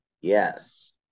yes